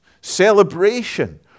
celebration